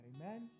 Amen